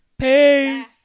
Peace